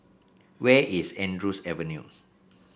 where is Andrews Avenue